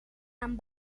amb